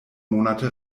monate